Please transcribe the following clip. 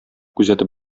күзәтеп